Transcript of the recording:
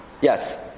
Yes